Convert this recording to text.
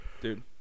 Dude